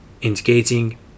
indicating